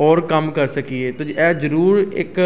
ਔਰ ਕੰਮ ਕਰ ਸਕੀਏ ਅਤੇ ਇਹ ਜ਼ਰੂਰ ਇੱਕ